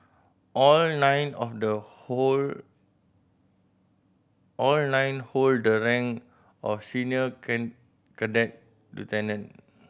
all nine of the hold all nine hold the rank of senior cadet lieutenant